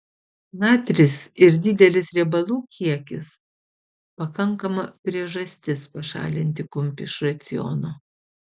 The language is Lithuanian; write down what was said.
natris ir didelis riebalų kiekis pakankama priežastis pašalinti kumpį iš raciono